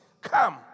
come